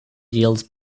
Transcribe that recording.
yield